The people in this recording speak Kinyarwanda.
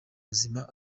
buzima